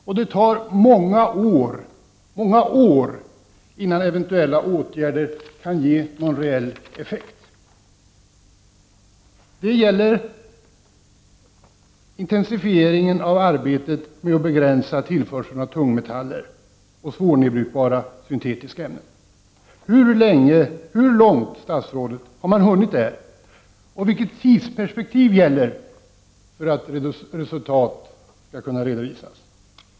Men det tar många år innan eventuella åtgärder kan ge någon reell effekt. Det gäller intensifieringen av arbetet med att begränsa tillförseln av tunga metaller och svårdnedbrytbara syntetiska ämnen. Hur långt har statsrådet hunnit i fråga om detta, och när kan ett resultat redovisas?